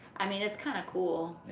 i mean, it's kinda cool.